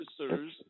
officers